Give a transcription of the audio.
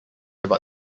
about